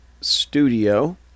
studio